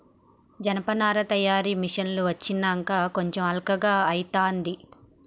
జనపనార తయారీ మిషిన్లు వచ్చినంక కొంచెం అల్కగా అయితాంది